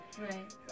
Right